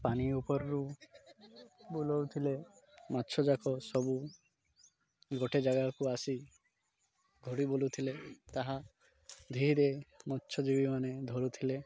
ପାଣି ଉପରରୁ ବୁଲଉଥିଲେ ମାଛଯାକ ସବୁ ଗୋଟେ ଜାଗାକୁ ଆସି ଘଡ଼ି ବୋଲୁ ଥିଲେ ତାହା ଧୀରେ ମତ୍ସଜିବୀମାନେ ଧରୁଥିଲେ